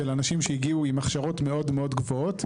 של אנשים שהגיעו עם הכשרות מאוד מאוד גבוהות,